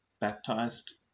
baptized